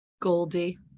Goldie